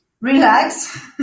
relax